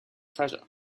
treasure